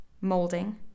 molding